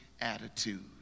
attitude